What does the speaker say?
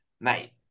mate